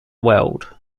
world